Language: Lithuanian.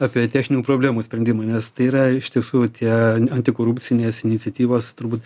apie techninių problemų sprendimą nes tai yra iš tiesų tie antikorupcinės iniciatyvos turbūt